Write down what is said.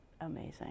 amazing